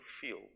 feel